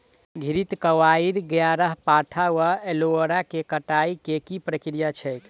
घृतक्वाइर, ग्यारपाठा वा एलोवेरा केँ कटाई केँ की प्रक्रिया छैक?